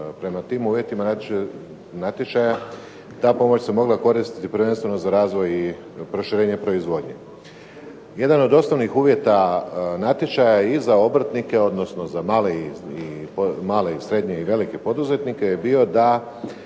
prema tim uvjetima natječaja ta pomoć se mogla koristiti prvenstveno za razvoj i proširenje proizvodnje. Jedan od osnovnih uvjeta natječaja i za obrtnike, odnosno za male, srednje i velike poduzetnike je bio da